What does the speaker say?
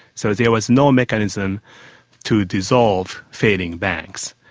so there was no mechanism to dissolve failing banks.